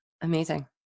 Amazing